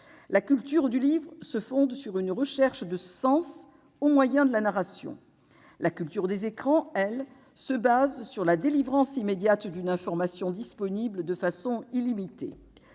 La culture du livre se fonde sur une recherche de sens au moyen de la narration. La culture des écrans, elle, repose sur la délivrance immédiate d'une information disponible de façon illimitée.